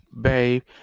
babe